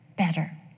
Better